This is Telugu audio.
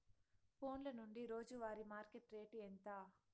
ఫోన్ల నుండి రోజు వారి మార్కెట్ రేటు ఎంత?